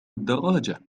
الدراجة